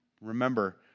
Remember